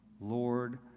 Lord